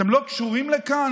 אתם לא קשורים לכאן?